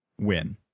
win